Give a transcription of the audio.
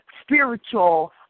spiritual